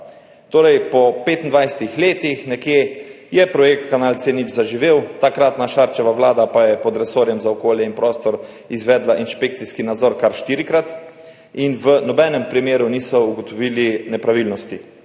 Torej, po nekje 25 letih je zaživel projekt kanal C0, takratna Šarčeva vlada pa je pod resorjem za okolje in prostor izvedla inšpekcijski nadzor kar štirikrat in v nobenem primeru niso ugotovili nepravilnosti.